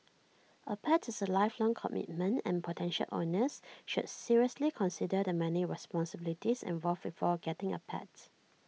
A pet is A lifelong commitment and potential owners should seriously consider the many responsibilities involved before getting A pets